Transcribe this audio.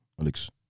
Alex